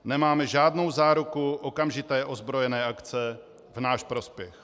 Nemáme žádnou záruku okamžité ozbrojené akce v náš prospěch.